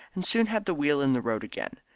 and soon had the wheel in the road again.